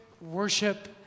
worship